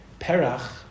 Perach